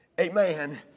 Amen